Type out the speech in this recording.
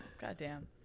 Goddamn